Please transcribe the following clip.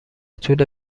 طول